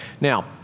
Now